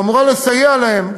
שאמורה לסייע להם,